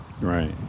Right